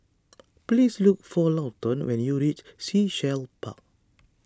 please look for Lawton when you reach Sea Shell Park